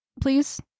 please